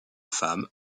femmes